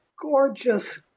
gorgeous